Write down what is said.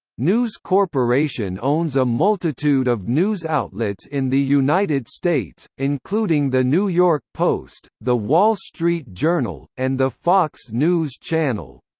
news corporation owns a multitude of news outlets in the united states, including the new york post, the wall street journal, and the fox news channel.